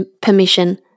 permission